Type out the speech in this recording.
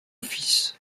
fils